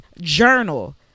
journal